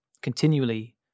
continually